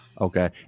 Okay